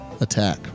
attack